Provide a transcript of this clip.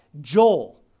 Joel